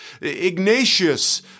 Ignatius